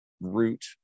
route